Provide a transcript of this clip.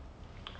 ya